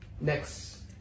next